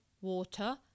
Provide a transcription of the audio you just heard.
water